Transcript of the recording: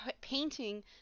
painting